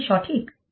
এটি কি সঠিক